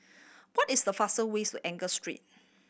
what is the faster ways to Angus Street